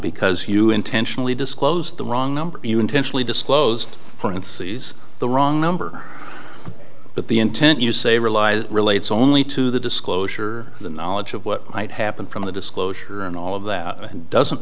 because you intentionally disclosed the wrong number intentionally disclosed point sees the wrong number but the intent you say relies relates only to the disclosure of the knowledge of what might happen from a disclosure and all of that doesn't